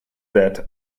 that